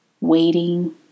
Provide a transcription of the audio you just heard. waiting